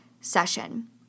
session